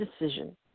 decision